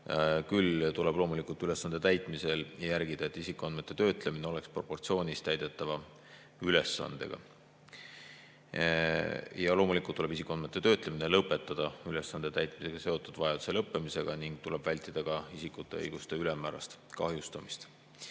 Küll tuleb ülesande täitmisel loomulikult järgida, et isikuandmete töötlemine oleks proportsioonis täidetava ülesandega. Loomulikult tuleb isikuandmete töötlemine lõpetada ülesande täitmisega seotud vajaduse lõppemise korral ning tuleb vältida ka isikute õiguste ülemäärast kahjustamist.